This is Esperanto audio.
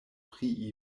pri